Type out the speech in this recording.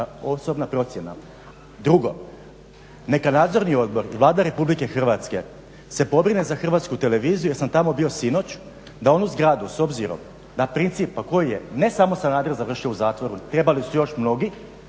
osobna procjena. Drugo, neka nadzorni odbor i Vlada RH se pobrine za Hrvatsku televiziju jer sam tamo bio sinoć da onu zgradu s obzirom na princip … koji je ne samo Sanader završio u zatvoru, trebali su još mnogi,